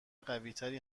قویتری